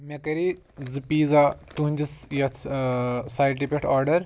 مےٚ کَرے زٕ پیٖزا تُہنٛدِس یَتھ ٲں سایٹہِ پٮ۪ٹھ آرڈر